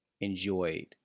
enjoyed